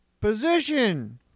Position